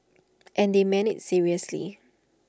and they meant IT seriously